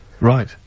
Right